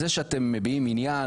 זה שאתם מביעים עניין